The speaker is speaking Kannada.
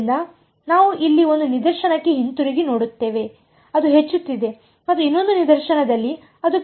ಆದ್ದರಿಂದ ನಾವು ಇಲ್ಲಿ ಒಂದು ನಿದರ್ಶನಕ್ಕೆ ಹಿಂತಿರುಗಿ ನೋಡುತ್ತೇವೆ ಅದು ಹೆಚ್ಚುತ್ತಿದೆ ಮತ್ತು ಇನ್ನೊಂದು ನಿದರ್ಶನದಲ್ಲಿ ಅದು ಕೆಳಗೆ ಹೋಗುತ್ತಿದೆ